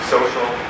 Social